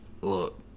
Look